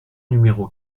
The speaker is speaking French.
numéro